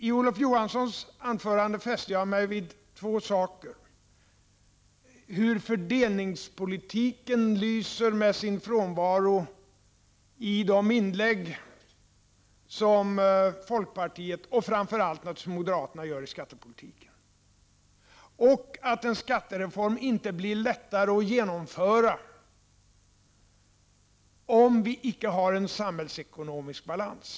I Olof Johanssons anförande fäste jag mig vid två saker. Han talade om hur fördelningspolitiken lyser med sin frånvaro i de inlägg som folkpartiet och naturligtvis framför allt moderaterna gör i skattepolitiken. Han sade vidare att en skattereform inte blir lättare att genomföra om vi inte har en samhällsekonomisk balans.